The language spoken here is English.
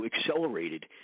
accelerated